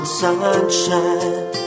sunshine